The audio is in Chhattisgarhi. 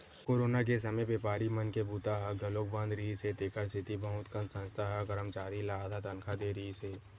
कोरोना के समे बेपारी मन के बूता ह घलोक बंद रिहिस हे तेखर सेती बहुत कन संस्था ह करमचारी ल आधा तनखा दे रिहिस हे